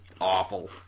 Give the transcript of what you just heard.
awful